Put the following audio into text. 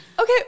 okay